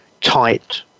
tight